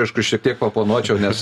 aišku šiek tiek paoponuočiau nes